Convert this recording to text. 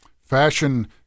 fashion